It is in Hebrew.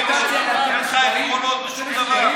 אין לך עקרונות בשום דבר.